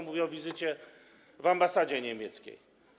Mówię o wizycie w ambasadzie niemieckiej.